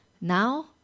now